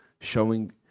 showing